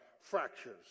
fractures